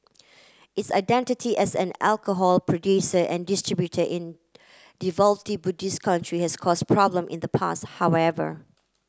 its identity as an alcohol producer and distributor in devoutly Buddhist country has caused problem in the past however